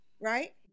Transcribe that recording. right